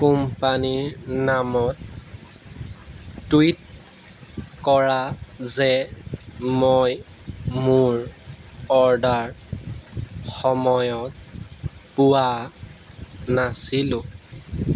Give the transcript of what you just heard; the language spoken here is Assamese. কোম্পানীৰ নামত টুইট কৰা যে মই মোৰ অৰ্ডাৰ সময়ত পোৱা নাছিলোঁ